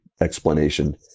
explanation